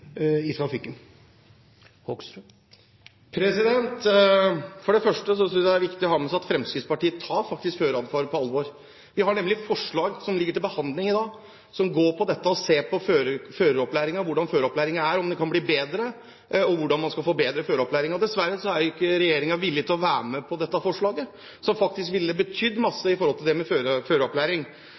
trafikken? For det første synes jeg det er viktig å ha med seg at Fremskrittspartiet faktisk tar føreratferd på alvor. Vi har nemlig forslag som ligger til behandling i dag, som går på dette med føreropplæringen – hvordan den er og om den kan bli bedre. Dessverre er ikke regjeringen villig til å være med på dette forslaget, som faktisk ville betydd masse i forhold til dette med føreropplæring. I tillegg vet vi at det